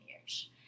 years